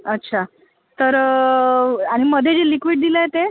अच्छा तर आणि मध्ये जे लिक्विड दिलं आहे ते